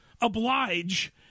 oblige